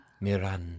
Miranda